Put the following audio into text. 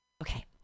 Okay